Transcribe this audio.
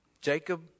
Jacob